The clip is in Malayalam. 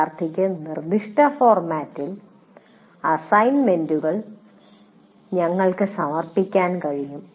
വിദ്യാർത്ഥിക്ക് നിർദ്ദിഷ്ട ഫോർമാറ്റിൽ അസൈൻമെന്റുകൾ നിങ്ങൾക്ക് സമർപ്പിക്കാൻ കഴിയും